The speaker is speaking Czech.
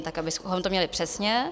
Tak abychom to měli přesně.